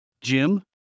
Jim